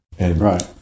Right